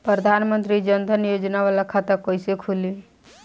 प्रधान मंत्री जन धन योजना वाला खाता कईसे खुली?